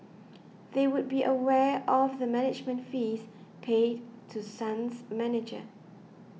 they would be aware of the management fees paid to Sun's manager